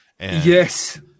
Yes